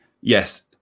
Yes